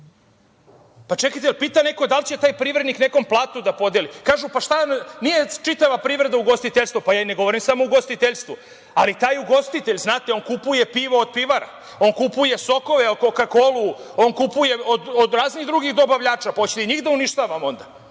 čekajte, jel pita neko da li će taj privrednik nekom platu da podeli? Kažu – pa, nije čitava privreda ugostiteljstvo. Ja i ne govorim samo o ugostiteljstvu, ali taj ugostitelj, on kupuje pivo od pivara, on kupuje sokove, koka-kolu, on kupuje od raznih drugih dobavljača, pa hoćete i njih da uništavamo onda?